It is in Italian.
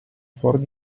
forum